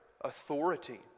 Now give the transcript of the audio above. authority